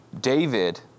David